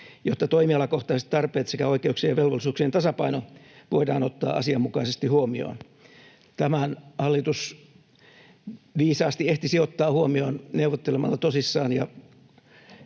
jotta toimialakohtaiset tarpeet sekä oikeuksien ja velvollisuuksien tasapaino voidaan ottaa asianmukaisesti huomioon. Tämän hallitus viisaasti ehtisi ottaa huomioon neuvottelemalla tosissaan